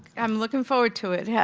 i'm looking forward to it. yeah